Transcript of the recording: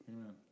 Amen